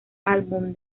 álbum